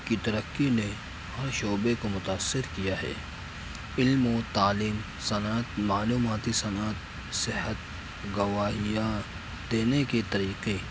کی ترقی نے ہر شعبے کو متأثر کیا ہے علم و تعلیم صنعت معلوماتی صنعت صحت گواہیاں دینے کے طریقے